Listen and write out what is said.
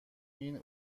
این